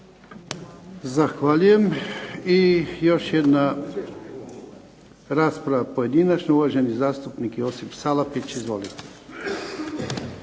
Zahvaljujem. I još jedna rasprava pojedinačna, uvaženi zastupnik Josip Salapić. Izvolite.